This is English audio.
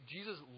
Jesus